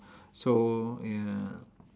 so ya